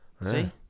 See